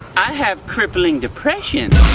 i have crippling depression